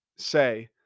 Say